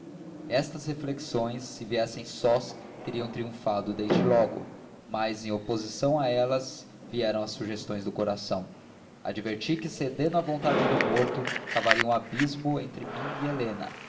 estas reflexões se viessem sós teriam triunfado desde logo mas em oposição a elas vieram as sugestões do coração adverti que cedendo à vontade do morto cavaria um abismo entre mim e helena